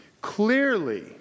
Clearly